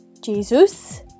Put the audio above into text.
Jesus